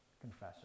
confession